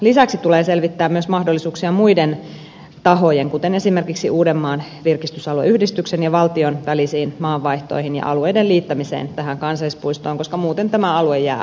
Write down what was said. lisäksi tulee selvittää myös mahdollisuuksia muiden tahojen kuten esimerkiksi uudenmaan virkistysalueyhdistyksen ja valtion välisiin maanvaihtoihin ja alueiden liittämiseen tähän kansallispuistoon koska muuten tämä alue jää liian pirstaleiseksi